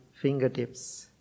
fingertips